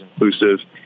inclusive